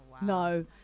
No